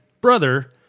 brother